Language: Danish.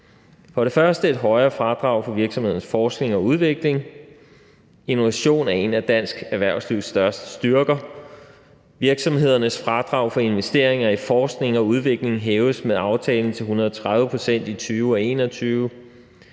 det et forslag om et højere fradrag for virksomhedernes forskning og udvikling. Innovation er en af dansk erhvervslivs største styrker. Virksomhedernes fradrag for investeringer i forskning og udvikling hæves med aftalen til 130 pct. i 2020